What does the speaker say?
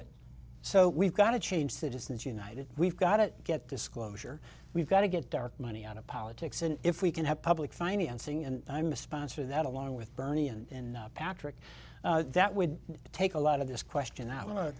it so we've got to change citizens united we've got to get disclosure we've got to get dark money out of politics and if we can have public financing and i'm a sponsor of that along with bernie and patrick that would take a lot of this question i wan